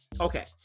Okay